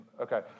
okay